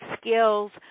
skills